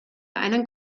einen